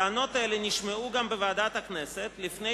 טענות אלה נשמעו גם בוועדת הכנסת לפני